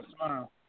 tomorrow